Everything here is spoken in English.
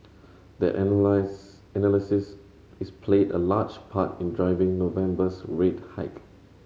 that analyse analysis is played a large part in driving November's rate hike